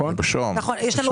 בשוהם.